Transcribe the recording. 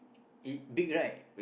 it big right